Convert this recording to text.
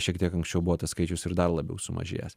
šiek tiek anksčiau buvo tas skaičius ir dar labiau sumažėjęs